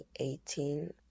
2018